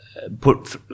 Put